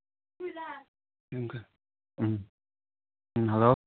um um um hello